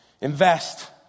Invest